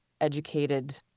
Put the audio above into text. educated